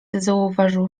zauważył